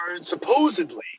supposedly